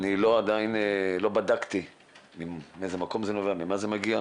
אני עדיין לא בדקתי מאיזה מקום זה נובע וממה זה מגיע,